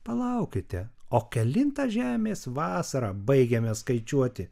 palaukite o kelintą žemės vasarą baigiame skaičiuoti